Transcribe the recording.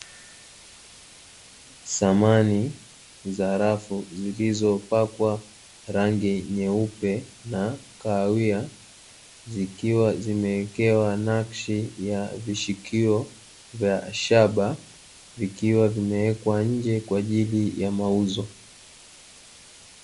Samani za rafu zilizopakwa rangi nyeupe na kahawia, zikiwa zimewekewa nakshi ya vishikio vya shaba, vikiwa vimewekwa nje kwa ajili ya mauzo.